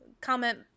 comment